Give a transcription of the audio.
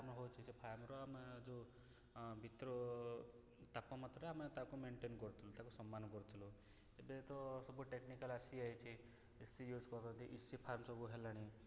farm ହେଉଛି ସେଇ ଫାର୍ମର ଆମେ ଯେଉଁ ଭିତରୁ ତାପମାତ୍ରା ଆମେ ତାକୁ ମେଣ୍ଟେନ୍ କରୁଥିଲୁ ତାକୁ ସମାନ କରୁଥିଲୁ ଏବେ ତ ସବୁ ଟେକ୍ନିକାଲ୍ ଆସିଯାଇଛି ଏ ସି ୟୁଜ୍ କରୁଛନ୍ତି ଏ ସି ଫାର୍ମ ସବୁ ହେଲାଣି